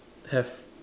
have